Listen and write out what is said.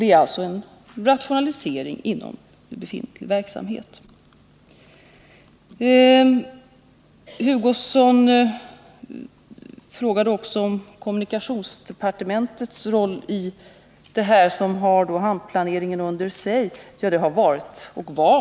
Det är alltså fråga om en rationalisering inom befintlig Kurt Hugosson frågade också om kommunikationsdepartementets roll i — tillstånd till utbyggdet här sammanhanget; det är ju det departement som har hamnplaneringen — nad av Vallhamn under sig.